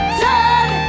turn